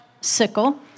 sickle